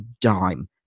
dime